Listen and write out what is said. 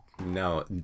no